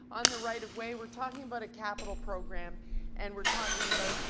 on the right-of-way we're talking about a capital program and we're talking about,